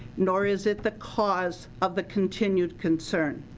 nor is it the cause of the continued concern.